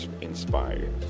inspired